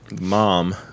mom